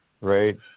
Right